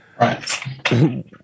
Right